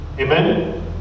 Amen